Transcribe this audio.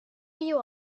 you